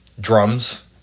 drums